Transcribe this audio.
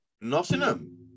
Nottingham